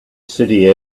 city